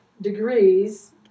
degrees